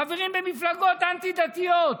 חברים במפלגות אנטי-דתיות: